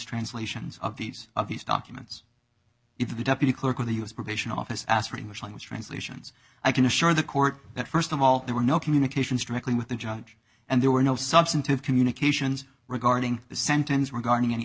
translations of these of these documents if the deputy clerk of the u s probation office asked for english language translations i can assure the court that st of all there were no communications directly with the judge and there were no substantive communications regarding the sentence regarding any